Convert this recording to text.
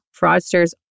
Fraudsters